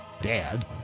dad